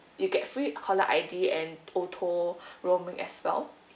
you get free caller I_D and auto roaming as well